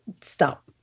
stop